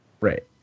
Right